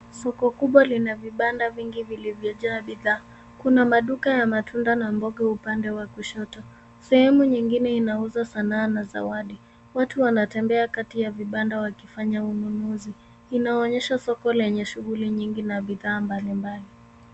Soko kubwa lina vibanda vingi vilivyojaa bidhaa. Kuna maduka ya matunda na mboga upande wa kushoto. Sehemu nyingine inauza sanaa na zawadi. Watu wanatembea kati ya vibanda wakifanya ununuzi. Inaonyesha soko lenye shughuli nyingi na bidhaa mbalimbali.